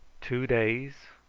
two days,